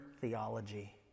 theology